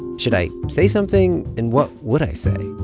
should i say something, and what would i say?